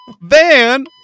van